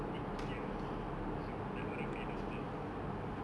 tinggi ah so tak ada orang boleh nampak muka